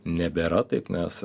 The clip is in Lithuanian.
nebėra taip nes